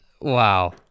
Wow